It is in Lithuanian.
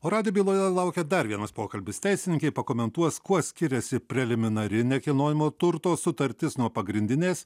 o radijo byloje laukia dar vienas pokalbis teisininkė pakomentuos kuo skiriasi preliminari nekilnojamo turto sutartis nuo pagrindinės